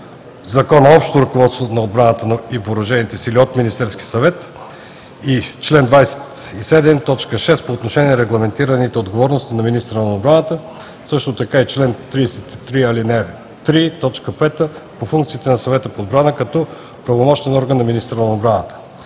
Закона общо ръководство на отбраната и Въоръжените сили от Министерския съвет, чл. 27, т. 6 по отношение на регламентираните отговорности на министъра на отбраната и чл. 33, ал. 3, т. 5 по функциите на Съвета по отбрана, като помощен орган на министъра на отбраната.